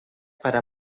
para